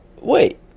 Wait